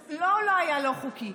לא, הוא לא היה לא חוקי.